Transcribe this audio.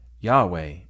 Yahweh